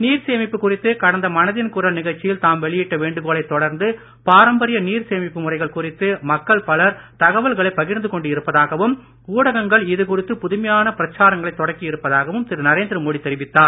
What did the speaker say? நீர் சேமிப்பு குறித்து கடந்த மனதின் குரல் நிகழ்ச்சியில் தாம் வெளியிட்ட வேண்டுகோளைத் தொடர்ந்து பாரம்பரிய நீர் சேமிப்பு முறைகள் குறித்து மக்கள் பலர் தகவல்களை பகிர்ந்து கொண்டு இருப்பதாகவும் ஊடகங்கள் இது குறித்து புதுமையான பிரச்சாரங்களை தொடக்கி இருப்பதாகவும் திரு நரேந்திரமோடி தெரிவித்தார்